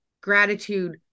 gratitude